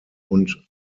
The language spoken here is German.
und